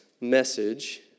message